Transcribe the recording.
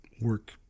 work